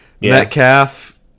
Metcalf